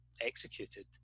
executed